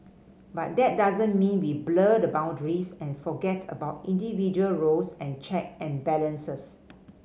but that doesn't mean we blur the boundaries and forget about individual roles and check and balances